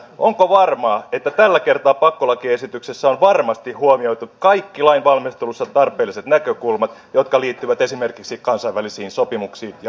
onko varmaa että tällä kertaa pakkolakiesityksessä on varmasti huomioitu kaikki lainvalmistelussa tarpeelliset näkökulmat jotka liittyvät esimerkiksi kansainvälisiin sopimuksiin ja velvoitteisiin